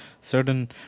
certain